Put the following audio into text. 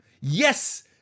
Yes